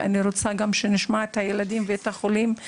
את הילדים ואת החולים,